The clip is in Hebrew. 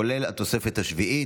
כולל התוספת השביעית,